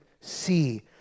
see